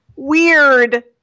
Weird